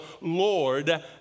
Lord